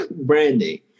Branding